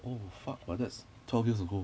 oh fuck but that's twelve years ago